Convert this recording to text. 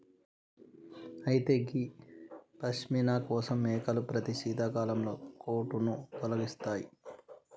అయితే గీ పష్మిన కోసం మేకలు ప్రతి శీతాకాలం కోటును తొలగిస్తాయి